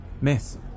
Miss